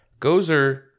Gozer